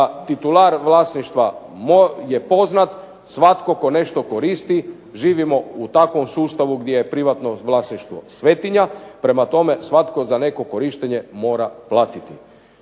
titular vlasništva je poznat svatko tko nešto koristi, živimo u takvom sustavu gdje je privatno vlasništvo svetinja, prema tome svatko za neko korištenje mora platiti.